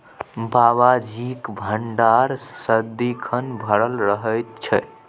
बाबाजीक भंडार सदिखन भरल रहैत छै